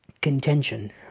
contention